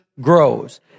grows